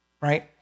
right